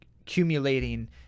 accumulating